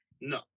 No